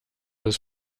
des